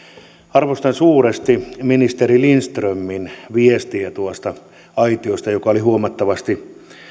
arvostan suuresti ministeri lindströmin viestiä aitiosta se oli huomattavasti